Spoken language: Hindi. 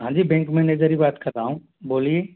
हाँ जी बैंक मैनेजर ही बात कर रहा हूँ बोलिए